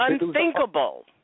unthinkable